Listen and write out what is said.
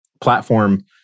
platform